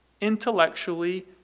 intellectually